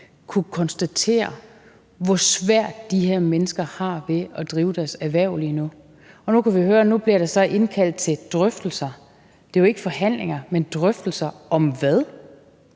kunnet konstatere, hvor svært de her mennesker har ved at drive deres erhverv lige nu? Nu kan vi høre, at der så bliver indkaldt til drøftelser. Det er jo ikke forhandlinger, men drøftelser – om hvad?